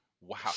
Wow